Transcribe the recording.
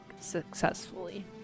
successfully